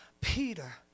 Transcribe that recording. Peter